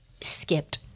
skipped